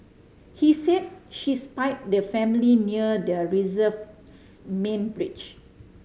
he said she spied the family near the reserve's main bridge